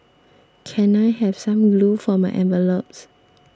can I have some glue for my envelopes